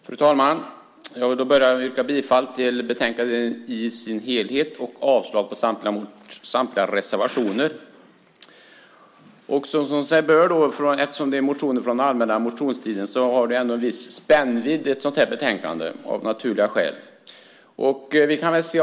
Fru talman! Jag vill börja med att yrka bifall till förslaget i betänkandet och avslag på samtliga reservationer. Eftersom det handlar om motioner från allmänna motionstiden har ett sådant här betänkande av naturliga skäl en viss spännvidd.